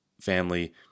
family